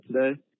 today